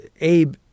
Abe